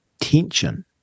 tension